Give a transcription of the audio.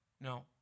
No